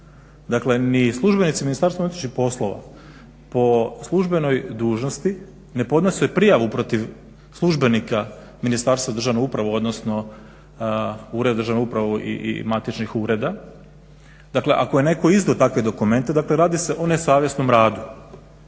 Dakle, ni službenici Ministarstva unutarnjih poslova po službenoj dužnosti ne podnose prijavu protiv službenika Ministarstva državne uprave, odnosno Ureda državne uprave i matičnih ureda. Dakle, ako je netko izdao takve dokumente, dakle radi se o nesavjesnom radu.